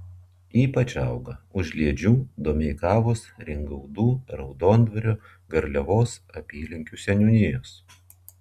ypač auga užliedžių domeikavos ringaudų raudondvario garliavos apylinkių seniūnijos